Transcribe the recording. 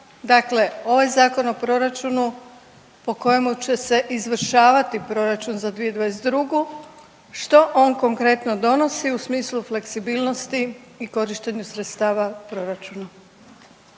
Dakle, ovaj zakon o proračunu po kojemu će se izvršavati proračun za 2022., što on konkretno donosi u smislu fleksibilnosti i korištenju sredstava u proračunu?